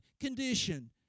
condition